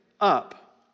up